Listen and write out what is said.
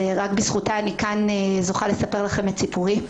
ורק בזכותה אני כאן זוכה לספר לכם את סיפורי.